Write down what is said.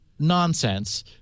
nonsense